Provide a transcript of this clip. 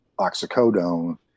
oxycodone